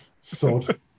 Sod